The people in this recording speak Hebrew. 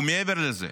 ומעבר לזה,